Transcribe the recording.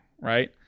right